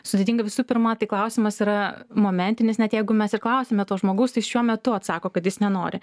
sudėtinga visų pirma tai klausimas yra momentinis net jeigu mes ir klausime to žmogaus tai šiuo metu atsako kad jis nenori